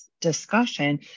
discussion